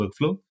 workflow